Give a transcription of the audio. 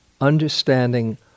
understanding